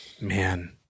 Man